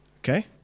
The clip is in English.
Okay